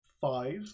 five